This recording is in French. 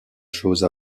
chose